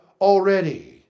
already